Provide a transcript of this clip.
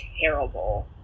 terrible